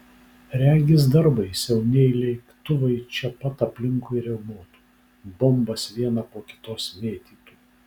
regis dar baisiau nei lėktuvai čia pat aplinkui riaumotų bombas vieną po kitos mėtytų